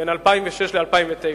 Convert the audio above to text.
בין 2006 ל-2009,